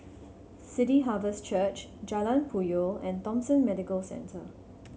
City Harvest Church Jalan Puyoh and Thomson Medical Centre